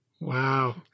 Wow